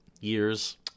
years